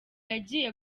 yagiye